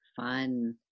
Fun